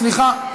סליחה,